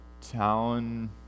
town